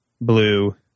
blue